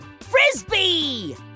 Frisbee